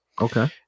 okay